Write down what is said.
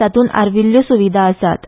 तातूंत आर्विल्ल्यो सुविधा आसात